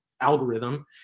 algorithm